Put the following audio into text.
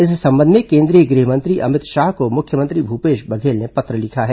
इस संबंध में केंद्रीय गृह मंत्री अमित शाह को मुख्यमंत्री भूपेश बघेल ने पत्र लिखा है